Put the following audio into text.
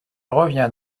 reviens